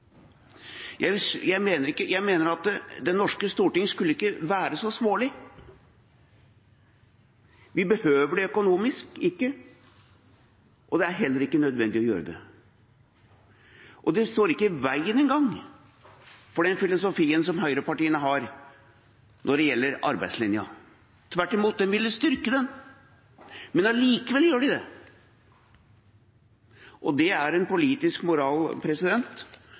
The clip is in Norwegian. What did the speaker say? Jeg mener at Det norske storting ikke skulle være så smålig. Vi behøver det ikke økonomisk, og det er heller ikke nødvendig å gjøre det. Det står ikke engang i veien for den filosofien som høyrepartiene har når det gjelder arbeidslinjen, tvert imot: Det ville styrket den. Men allikevel gjør de det. Det er en politisk moral